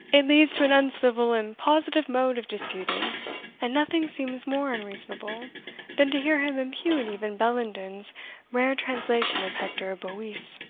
it leads to an uncivil and positive mode of disputing and nothing seems more unreasonable than to hear him impugn even bellenden's rare translation of hector boece,